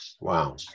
wow